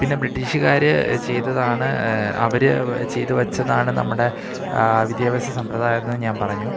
പിന്നെ ബ്രിട്ടീഷുകാര് ചെയ്തതാണ് അവര് ചെയ്തുവച്ചതാണ് നമ്മുടെ വിദ്യാഭ്യാസ സമ്പ്രദായമെന്ന് ഞാൻ പറഞ്ഞു